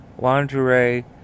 lingerie